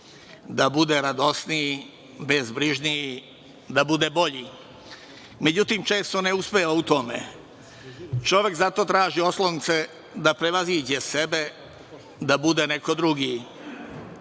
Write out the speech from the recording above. da bude radosniji, bezbrižniji, da bude bolji.Međutim, često ne uspeva u tome. Čovek zato traži oslonce da prevaziđe sebe, da bude neko drugi.